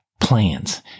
Plans